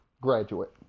graduate